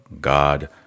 God